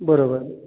बरोबर